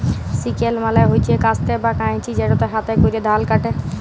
sickle মালে হছে কাস্তে বা কাঁইচি যেটতে হাতে ক্যরে ধাল ক্যাটে